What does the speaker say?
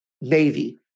Navy